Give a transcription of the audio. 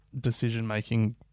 decision-making